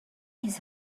his